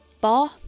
bar